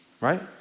right